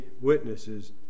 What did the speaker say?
witnesses